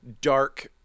dark